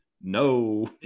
No